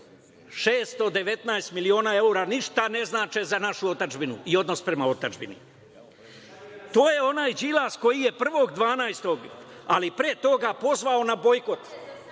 619 miliona evra ništa ne znače za našu otadžbinu i odnos prema otadžbini. To je onaj Đilas koji je 1. decembra, ali pre toga pozvao na bojkot.